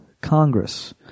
Congress